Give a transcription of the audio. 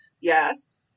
yes